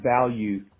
value